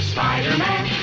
Spider-Man